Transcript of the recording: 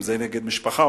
אם זה נגד משפחה,